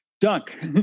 dunk